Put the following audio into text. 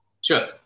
Sure